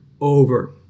over